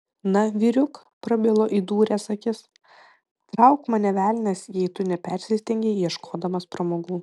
na vyriuk prabilo įdūręs akis trauk mane velnias jei tu nepersistengei ieškodamas pramogų